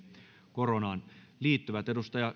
koronaan liittyvät edustaja